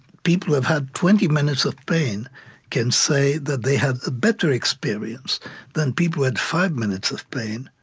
people who have had twenty minutes of pain can say that they had a better experience than people who had five minutes of pain